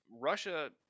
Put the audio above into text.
Russia